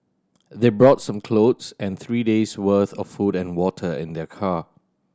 they brought some clothes and three days' worth of food and water in their car